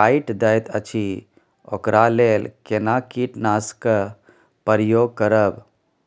काइट दैत अछि ओकरा लेल केना कीटनासक प्रयोग करब?